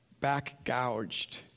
back-gouged